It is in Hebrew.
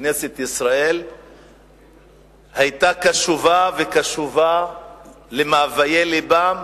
שכנסת ישראל היתה קשובה, קשובה למאוויי לבם,